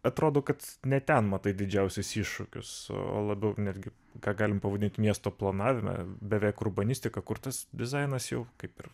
atrodo kad ne ten matai didžiausius iššūkius o labiau netgi ką galim pavadint miesto planavime beveik urbanistika kurtas dizainas jau kaip ir